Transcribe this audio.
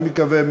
אני מקווה,